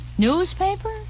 Newspaper